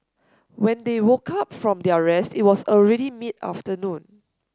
when they woke up from their rest it was already mid afternoon